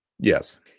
Yes